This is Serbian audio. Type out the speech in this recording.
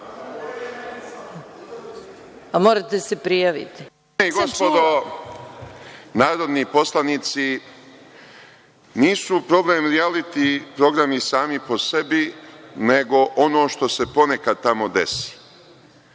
Dame i gospodo narodni poslanici, nisu problem rijaliti programi sami po sebi, nego ono što se ponekad tamo desi